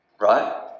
Right